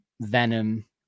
venom